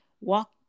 walk